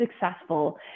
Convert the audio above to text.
successful